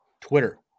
Twitter